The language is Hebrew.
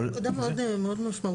לא, אבל זו נקודה מאוד משמעותית.